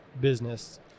business